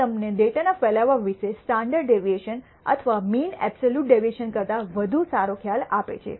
આ તમને ડેટાના ફેલાવા વિશે સ્ટાન્ડર્ડ ડેવિએશન અથવા મીન અબ્સોલ્યૂટ ડેવિએશન કરતા વધુ સારો ખ્યાલ આપે છે